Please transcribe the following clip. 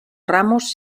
ramos